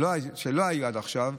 מה שלא היה עד עכשיו,